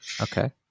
okay